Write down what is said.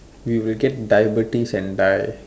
we will get diabetes and die